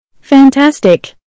Fantastic